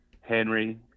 Henry